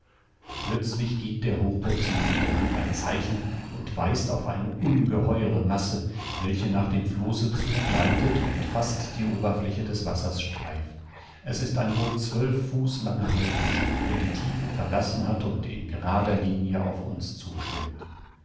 plötzlich giebt der hochbootsmann mit der hand ein zeichen und weist auf eine ungeheure masse welche nach dem flosse zu gleitet und fast die oberfläche des wassers streift es ist ein wohl zwölf fuß langer haifisch der die tiefe verlassen hat und in gerader linie auf uns zu schwimmt